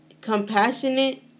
compassionate